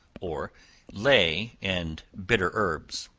or ley and bitter herbs.